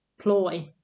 ploy